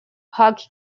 hockey